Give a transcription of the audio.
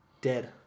Dead